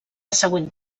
següent